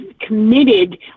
committed